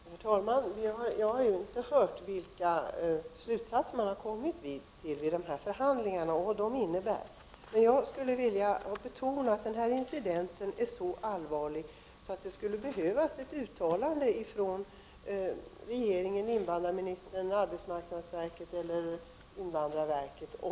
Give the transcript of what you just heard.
Herr talman! Jag har inte hört vilka slutsatser man kommit fram till vid förhandlingarna och vad dessa innebär. Jag vill betona att den här incidenten är så allvarlig att det skulle behövas ett uttalande i denna fråga från regeringen, invandrarministern, arbetsmarknadsverket eller invandrarverket.